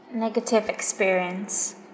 negative experience